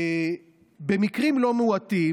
במקרים לא מועטים,